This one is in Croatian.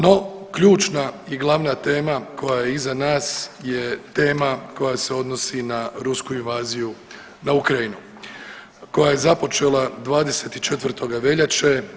No, ključna i glavna tema koja je iza nas je tema koja se odnosi na rusku invaziju na ukraji8nu, koja je započela 24. veljače.